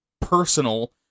personal